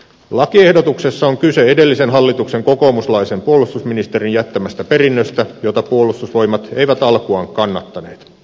lakiehdotuksessa on kyse edellisen hallituksen kokoomuslaisen puolustusministerin jättämästä perinnöstä jota puolustusvoimat eivät alkuaan kannattaneet